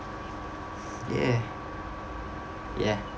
ya ya